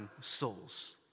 souls